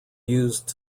used